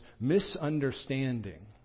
misunderstanding